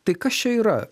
tai kas čia yra